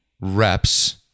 reps